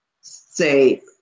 say